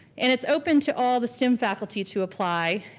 and it's open to all the stem faculty to apply.